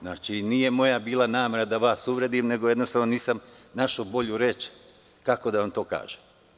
Znači, nije bila moja namera da vas uvredim, nego jednostavno nisam našao bolju reč kako da vam to kažem.